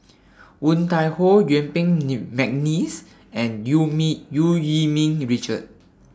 Woon Tai Ho Yuen Peng Mcneice and EU EU Yee Ming Richard